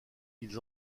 ils